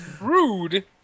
Rude